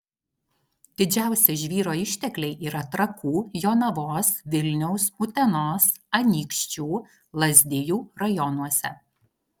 didžiausi žvyro ištekliai yra trakų jonavos vilniaus utenos anykščių lazdijų rajonuose